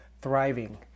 thriving